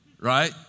right